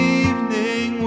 evening